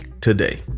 Today